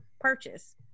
purchase